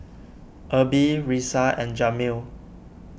Erby Risa and Jameel